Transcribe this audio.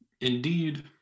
Indeed